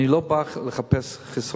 אני לא בא לחפש חסרונות,